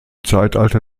zeitalter